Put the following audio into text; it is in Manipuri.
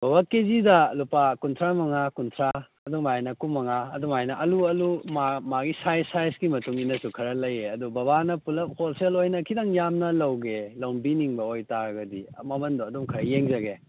ꯕꯕꯥ ꯀꯦꯖꯤꯗ ꯂꯨꯄꯥ ꯀꯨꯟꯊ꯭ꯔꯥꯃꯉꯥ ꯀꯨꯟꯊ꯭ꯔꯥ ꯑꯗꯨꯃꯥꯏꯅ ꯀꯨꯟꯃꯉꯥ ꯑꯗꯨꯃꯥꯏꯅ ꯑꯂꯨ ꯑꯂꯨ ꯃꯥ ꯃꯥꯒꯤ ꯁꯥꯏꯖ ꯁꯥꯏꯖꯀꯤ ꯃꯇꯨꯡ ꯏꯟꯅꯁꯨ ꯈꯔ ꯂꯩꯌꯦ ꯑꯗꯨ ꯕꯕꯥꯅ ꯄꯨꯜꯂꯞ ꯍꯣꯜꯁꯦꯜ ꯑꯣꯏꯅ ꯈꯤꯇꯪ ꯌꯥꯝꯅ ꯂꯧꯒꯦ ꯂꯧꯕꯤꯅꯤꯡꯕ ꯑꯣꯏꯇꯥꯔꯒꯗꯤ ꯃꯃꯟꯗꯣ ꯑꯗꯨꯝ ꯈꯔ ꯌꯦꯡꯖꯒꯦ